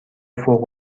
فوق